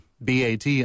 BAT